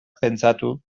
pentsatu